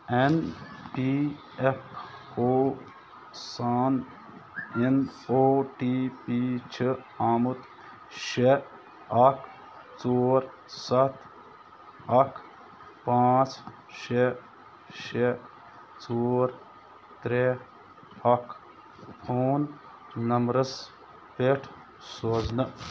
N P F O سان اٮ۪ن O T P چھِ آمُت شےٚ اَکھ ژور سَتھ اَکھ پانٛژھ شےٚشےٚ ژور ترٛےٚ اَکھ فون نمبرَس پٮ۪ٹھ سوزنہٕ